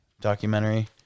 documentary